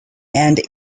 and